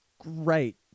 great